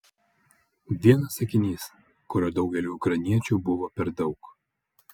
vienas sakinys kurio daugeliui ukrainiečių buvo per daug